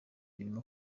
birimo